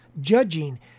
judging